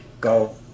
go